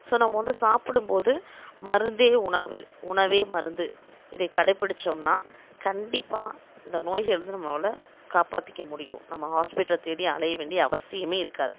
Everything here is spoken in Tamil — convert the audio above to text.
ஸோ நம்ம வந்து சாப்பிடும்போது மருந்தே உணவு உணவே மருந்து இதை கடைப்பிடிச்சோம்னா கண்டிப்பாக இந்த நோய்கள் இருந்து நம்மளால காப்பாற்றிக்க முடியும் நம்ம ஹாஸ்பிடலில் தேடி அலைய வேண்டிய அவசியமே இருக்காது